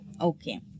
Okay